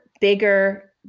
bigger